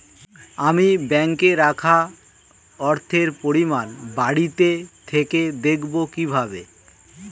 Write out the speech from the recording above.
আমি ব্যাঙ্কে রাখা অর্থের পরিমাণ বাড়িতে থেকে দেখব কীভাবে?